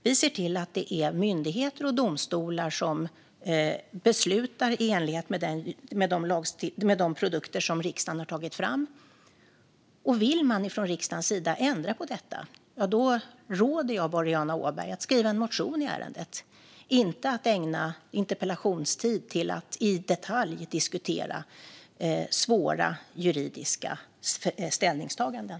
Vi ser till att det är myndigheter och domstolar som beslutar i enlighet med de produkter som riksdagen har tagit fram. Vill man från riksdagens sida ändra på detta råder jag Boriana Åberg att skriva en motion i ärendet - inte att ägna interpellationstid till att i detalj diskutera svåra juridiska ställningstaganden.